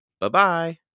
Bye-bye